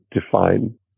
define